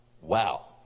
Wow